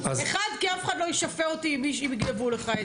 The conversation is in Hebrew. והמועדון אומר לו שהוא לא לוקח את האיירסופט.